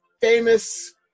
famous